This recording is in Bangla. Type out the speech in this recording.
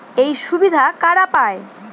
এই সুবিধা কারা পায়?